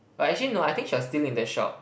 but actually no I think she was still in the shop